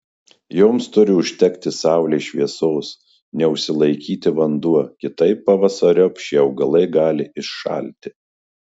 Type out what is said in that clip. joms turi užtekti saulės šviesos neužsilaikyti vanduo kitaip pavasariop šie augalai gali iššalti